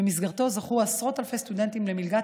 ובמסגרתו זכו עשרות אלפי סטודנטים למלגת